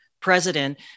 president